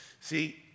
See